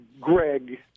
Greg